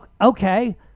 okay